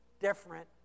different